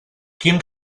quin